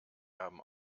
haben